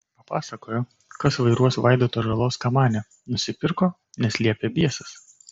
papasakojo kas vairuos vaidoto žalos kamanę nusipirko nes liepė biesas